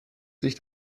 sich